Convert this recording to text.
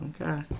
Okay